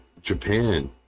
Japan